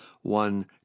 one